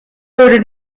ordered